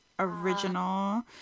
original